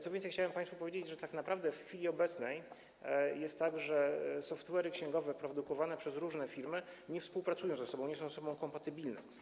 Co więcej, chciałem państwu powiedzieć, że tak naprawdę w chwili obecnej jest tak, że software’y księgowe produkowane przez różne firmy nie współpracują ze sobą, nie są ze sobą kompatybilne.